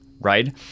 right